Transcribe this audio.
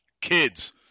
Kids